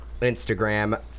Instagram